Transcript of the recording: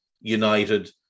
United